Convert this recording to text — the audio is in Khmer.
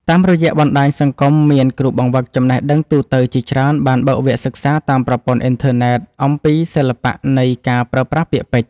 តាមរយៈបណ្ដាញសង្គម មានគ្រូបង្វឹកចំណេះដឹងទូទៅជាច្រើនបានបើកវគ្គសិក្សាតាមប្រព័ន្ធអ៊ីនធឺណិត អំពីសិល្បៈនៃការប្រើប្រាស់ពាក្យពេចន៍។